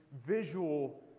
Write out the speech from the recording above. visual